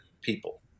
people